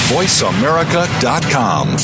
Voiceamerica.com